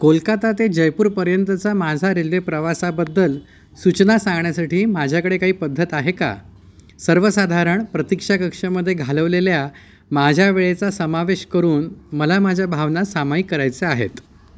कोलकाता ते जयपूरपर्यंतचा माझा रेल्वे प्रवासाबद्दल सूचना सांगण्यासाठी माझ्याकडे काही पद्धत आहे का सर्वसाधारण प्रतीक्षा कक्षामध्ये घालवलेल्या माझ्या वेळेचा समावेश करून मला माझ्या भावना सामाईक करायचे आहेत